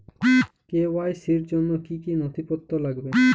KYC র জন্য কি কি নথিপত্র লাগবে?